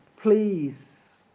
please